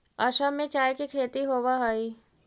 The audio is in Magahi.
असम में चाय के खेती होवऽ हइ